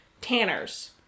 tanners